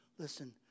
Listen